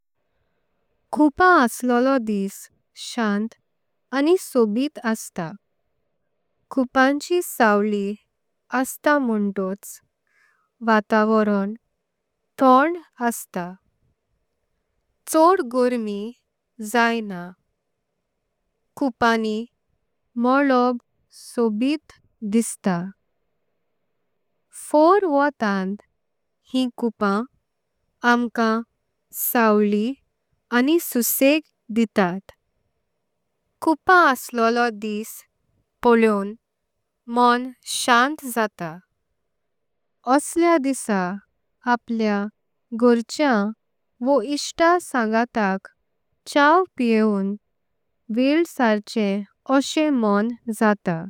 कुपाम असलो दिस शांत आनी सोबीत अस्तां। कुपांची सावली अस्तां म्होंटोच वातावरोंन थोंड अस्तां। चवदा गोरमी जायना कुपानीं मोलालो सोबीत दिसता। फोर्टंय हें कुपाम आमकाम सावली आनी सुसग डितात। कुपाम असलो दिस पोलें मोंन शांत जात अशेल्या। दिसा आपल्या घोरच्यांव वा इच्छ्टा संगातांक। चाव पिवों वेल सारचें ओकरं मोंन जात।